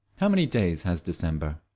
how many days has december?